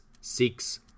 six